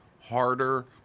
harder